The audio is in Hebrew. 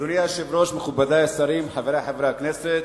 אדוני היושב-ראש, מכובדי השרים, חברי חברי הכנסת,